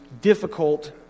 difficult